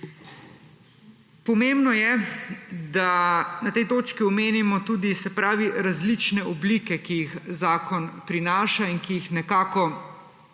Pomembno je, da na tej točki omenimo tudi različne oblike, ki jih zakon prinaša in ki jih nekako